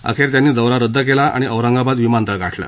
अखेर त्यांनी दौरा रद्द केला आणि औरंगाबाद विमानतळ गाठले